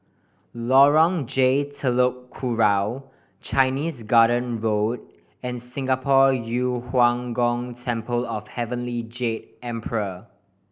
Lorong J Telok Kurau Chinese Garden Road and Singapore Yu Huang Gong Temple of Heavenly Jade Emperor